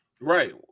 right